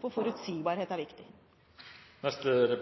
for forutsigbarhet er viktig. Det har